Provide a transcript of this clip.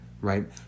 right